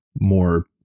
more